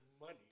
money